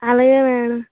అలగే మేడం